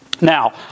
Now